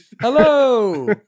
Hello